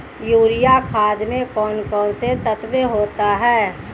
Urea खाद में कौन कौन से तत्व होते हैं?